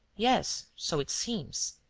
yes. so it seems.